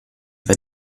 the